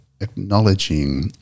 acknowledging –